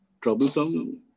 troublesome